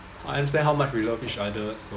I understand how much we love each other so